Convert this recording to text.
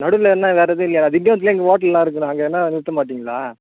நடுவில் என்ன வேறு எதுவும் இல்லையா இங்கே ஹோட்டல்லாம் இருக்குண்ணா அங்கே என்ன நிறுத்த மாட்டீங்களா